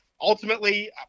Ultimately